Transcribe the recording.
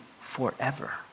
forever